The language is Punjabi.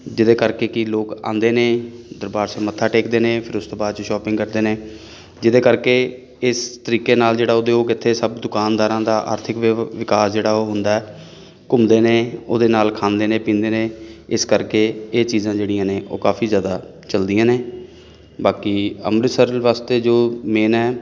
ਜਿਹਦੇ ਕਰਕੇ ਕਿ ਲੋਕ ਆਉਂਦੇ ਨੇ ਦਰਬਾਰ ਸਾਹਿਬ ਮੱਥਾ ਟੇਕਦੇ ਨੇ ਫਿਰ ਉਸ ਤੋਂ ਬਾਅਦ 'ਚ ਸ਼ੌਪਿੰਗ ਕਰਦੇ ਨੇ ਜਿਹਦੇ ਕਰਕੇ ਇਸ ਤਰੀਕੇ ਨਾਲ ਜਿਹੜਾ ਉਦਯੋਗ ਇੱਥੇ ਸਭ ਦੁਕਾਨਦਾਰਾਂ ਦਾ ਆਰਥਿਕ ਵਿ ਵਿਕਾਸ ਜਿਹੜਾ ਉਹ ਹੁੰਦਾ ਘੁੰਮਦੇ ਨੇ ਉਹਦੇ ਨਾਲ ਖਾਂਦੇ ਨੇ ਪੀਂਦੇ ਨੇ ਇਸ ਕਰਕੇ ਇਹ ਚੀਜ਼ਾਂ ਜਿਹੜੀਆਂ ਨੇ ਉਹ ਕਾਫ਼ੀ ਜ਼ਿਆਦਾ ਚੱਲਦੀਆਂ ਨੇ ਬਾਕੀ ਅੰਮ੍ਰਿਤਸਰ ਵਾਸਤੇ ਜੋ ਮੇਨ ਹੈ